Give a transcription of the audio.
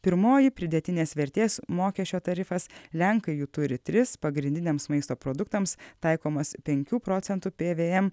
pirmoji pridėtinės vertės mokesčio tarifas lenkai jų turi tris pagrindiniams maisto produktams taikomas penkių procentų pvm